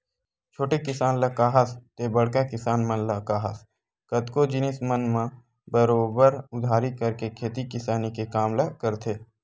छोटे किसान ल काहस ते बड़का किसान मन ल काहस कतको जिनिस मन म बरोबर उधारी करके खेती किसानी के काम ल करथे